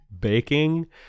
baking